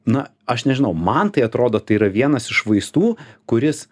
na aš nežinau man tai atrodo tai yra vienas iš vaistų kuris